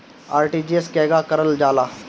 RTGS केगा करलऽ जाला?